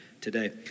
today